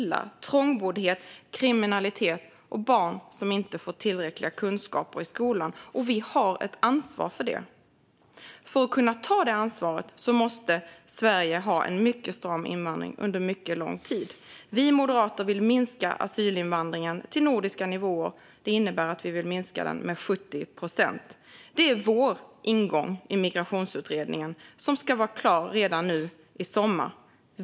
Det leder till trångboddhet, kriminalitet och till att barn inte får tillräckliga kunskaper i skolan. Vi har ett ansvar för det. För att kunna ta det ansvaret måste Sverige ha en mycket stram invandring under mycket lång tid. Vi moderater vill minska asylinvandringen till nordiska nivåer. Det innebär att vi vill minska den med 70 procent. Det är vår ingång i Migrationsutredningen, som ska vara klar redan nu i sommar.